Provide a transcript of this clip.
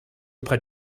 auprès